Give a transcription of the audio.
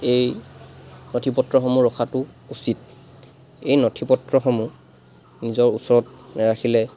এই নথিপত্ৰসমূহ ৰখাতো উচিত এই নথিপত্ৰসমূহ নিজৰ ওচৰত ৰাখিলে